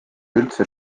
üldse